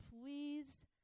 Please